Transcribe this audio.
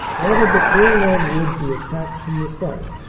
ordered that bourlon wood be attacked from the south.